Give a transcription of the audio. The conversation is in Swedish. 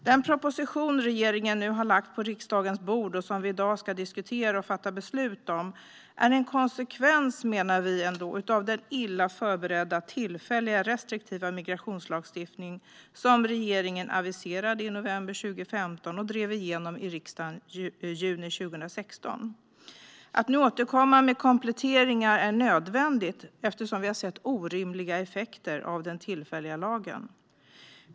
Den proposition som regeringen nu har lagt på riksdagens bord, och som vi i dag ska diskutera och fatta beslut om, menar vi ändå är en konsekvens av den illa förberedda tillfälliga restriktiva migrationslagstiftning som regeringen aviserade i november 2015 och drev igenom i riksdagen i juni 2016. Att nu återkomma med kompletteringar är nödvändigt, eftersom vi har sett orimliga effekter av den tillfälliga lagen.